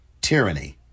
tyranny